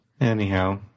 anyhow